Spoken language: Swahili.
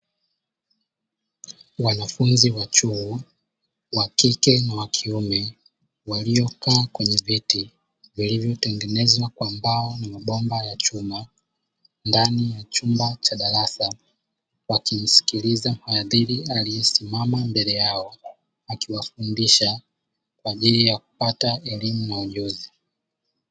Wanafunzi wa chuo wakike na wakiume waliokaa kwenye viti vilivyotengenezwa kwa mbao na mabomba ya chuma ndani ya chumba cha darasa wakimsikiliza mwadhiri aliyesimama mbele yao aliwafundisha kwajili ya kupata elimu na ujuzi.